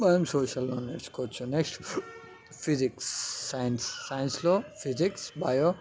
మనం సోషల్లో నేర్చుకోవచ్చు నెక్స్ట్ ఫిజిక్స్ సైన్స్ సైన్స్లో ఫిజిక్స్ బయో